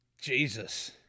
Jesus